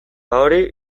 hori